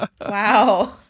Wow